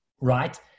right